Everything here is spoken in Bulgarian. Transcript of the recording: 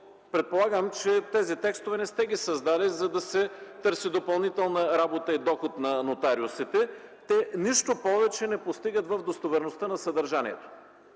Предполагам, че тези текстове не сте ги създали, за да се търси допълнителна работа и доход на нотариусите? Те нищо повече не постигат в достоверността на съдържанието,